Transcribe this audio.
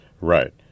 Right